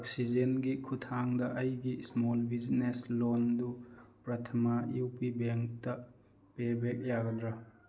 ꯑꯣꯛꯁꯤꯖꯦꯟꯒꯤ ꯈꯨꯠꯊꯥꯡꯗ ꯑꯩꯒꯤ small business ꯂꯣꯟꯗꯨ ꯄ꯭ꯔꯊꯃꯥ ꯌꯨ ꯄꯤ ꯕꯦꯡꯇ ꯄꯦ ꯕꯦꯛ ꯌꯥꯒꯗ꯭ꯔꯥ